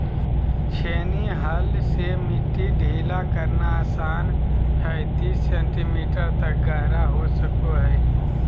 छेनी हल से मिट्टी ढीला करना आसान हइ तीस सेंटीमीटर तक गहरा हो सको हइ